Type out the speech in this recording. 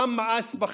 העם מאס בכם.